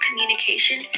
communication